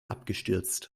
abgestürzt